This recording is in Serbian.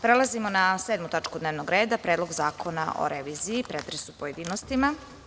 Prelazimo na 7. tačku dnevnog reda – PREDLOG ZAKONA O REVIZIJI, pretres u pojedinostima.